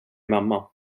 mamma